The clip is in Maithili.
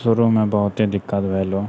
शुरूमे बहुते दिक्कत भेलौ